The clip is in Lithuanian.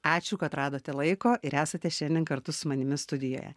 ačiū kad radote laiko ir esate šiandien kartu su manimi studijoje